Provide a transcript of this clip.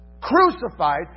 crucified